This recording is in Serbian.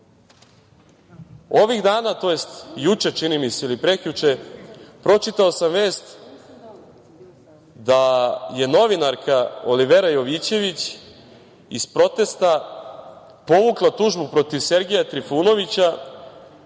dana, to jest juče, čini mi se, ili prekjuče pročitao sam vest da je novinarka Olivera Jovićević iz protesta povukla tužbu protiv Sergeja Trifunovića,